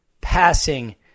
passing